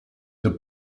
the